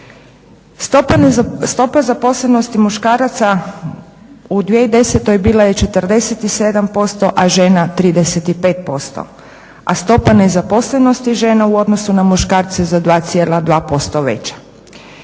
Stopa zaposlenosti muškaraca u 2010. bila je 47%, a žena 35%, a stopa nezaposlenosti žena u odnosu na muškarce za 2,2% veća.